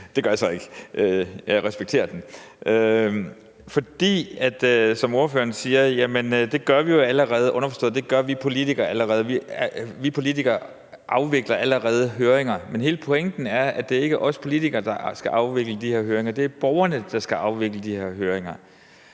Det gør jeg så ikke, men jeg respekterer den, fordi vi jo, som ordføreren siger, allerede gør det, underforstået at vi politikere allerede afvikler høringer. Men hele pointen er, at det ikke er os politikere, der skal afvikle de her høringer, men at det er borgerne, der skal afvikle de her høringer.